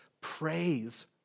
praise